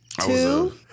Two